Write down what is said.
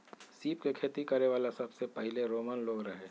सीप के खेती करे वाला सबसे पहिले रोमन लोग रहे